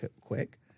quick